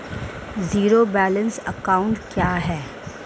Zero balance account क्या है?